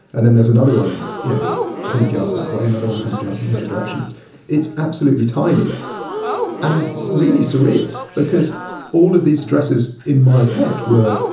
and then there's another one, you know, a hundred yards that way, another one a hundred yards in the other direction. it's it's absolutely tiny and really surreal because all of these addresses, in my head, were,